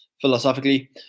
philosophically